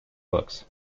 looks